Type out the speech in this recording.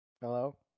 Hello